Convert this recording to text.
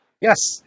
yes